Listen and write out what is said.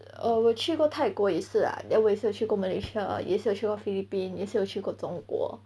err 我去过泰国一次 lah then 我也是去过 malaysia 也是有去过 philippines 也是有去过中国